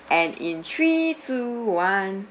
and in three two one